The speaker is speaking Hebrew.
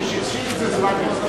מי שהכשיל את זה זה רק ההסתדרות.